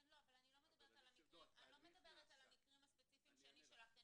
אני לא מדברת על המקרים הספציפיים שאני שלחתי.